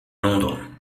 londres